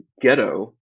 ghetto